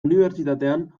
unibertsitatean